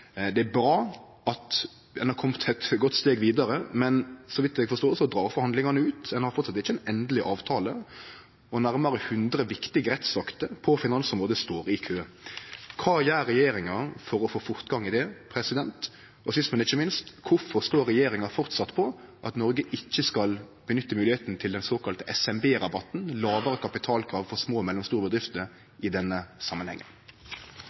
Det er bra at ein er komen eit godt steg vidare, men så vidt eg forstår, dreg forhandlingane ut. Ein har enno ikkje ein endeleg avtale, og nærmare 100 viktige rettsakter på finansområdet står i kø. Kva gjer regjeringa for å få fortgang i det? Og sist, men ikkje minst: Kvifor står regjeringa framleis på at Noreg ikkje skal nytte seg av den såkalla SMB-rabatten, lågare kapitalkrav frå små og mellomstore bedrifter, i denne samanhengen?